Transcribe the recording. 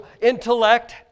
intellect